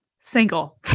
single